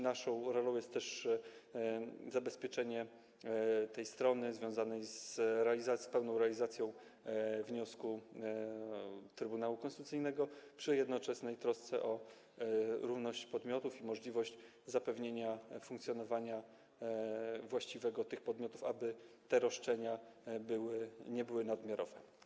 Naszą rolą jest też zabezpieczenie tej strony związanej z pełną realizacją wniosku Trybunału Konstytucyjnego, przy jednoczesnej trosce o równość podmiotów i możliwość zapewnienia funkcjonowania właściwego tych podmiotów, aby te roszczenia nie były nadmiarowe.